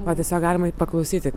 va tiesiog galima paklausyti